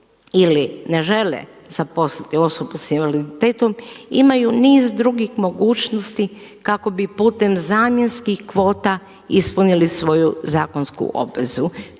ili ne žele zaposliti osobu sa invaliditetom imaju niz drugih mogućnosti kako bi putem zamjenskih kvota ispunili svoju zakonsku obvezu.